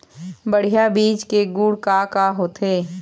बढ़िया बीज के गुण का का होथे?